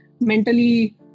mentally